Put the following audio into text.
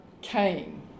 came